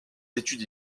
études